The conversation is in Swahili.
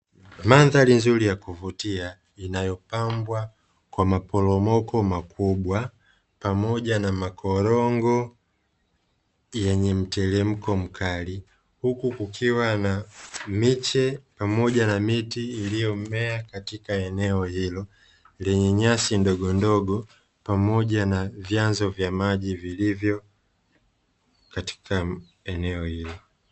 Mandhari nzuri ya kuvutia inayopambwa kwa maporomoko makubwa, pamoja na makorongo yenye mteremko mkali, huku kukiwa na miche pamoja miti iliyomea katika eneo hilo, lenye nyasi ndogondogo pamoja na vyanzo vya maji vilivyo katika eneo hilo.